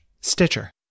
Stitcher